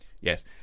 Yes